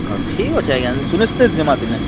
ହଉ ଠିକ୍ ଅଛି ଆଜ୍ଞା ସୁନିଶ୍ଚତ ଜିମା ଦିନେ